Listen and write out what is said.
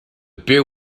beer